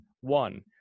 one